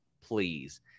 please